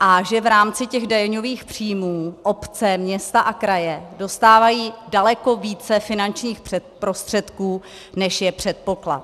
a že v rámci těch daňových příjmů obce, města a kraje dostávají daleko více finančních prostředků, než je předpoklad.